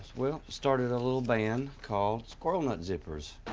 started a little band called squirrel nut zippers.